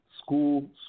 School